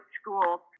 school